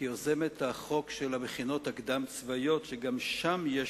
כיוזם את החוק של המכינות הקדם-צבאיות, וגם שם יש